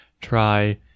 try